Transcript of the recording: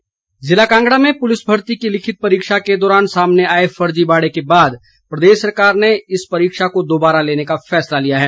परीक्षा जिला कांगड़ा में पुलिस भर्ती की लिखित परीक्षा के दौरान सामने आए फजीवाड़े के बाद प्रदेश सरकार ने इस परीक्षा को दोबारा लेने का फैसला लिया है